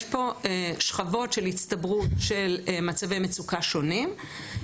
יש פה שכבות של הצטברות של מצבי מצוקה שונים,